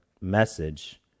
message